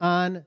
on